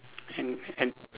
and and